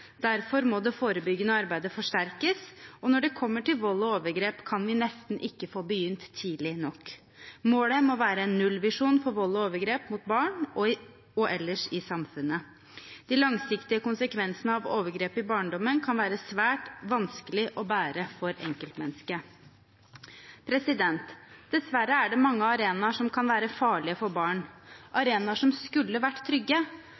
derfor må det forebyggende arbeidet forsterkes. Og når det kommer til vold og overgrep, kan vi nesten ikke få begynt tidlig nok. Målet må være en nullvisjon for vold og overgrep mot barn og ellers i samfunnet. De langsiktige konsekvensene av overgrep i barndommen kan være svært vanskelig å bære for enkeltmennesket. Dessverre er det mange arenaer som kan være farlig for barn – arenaer som skulle vært trygge.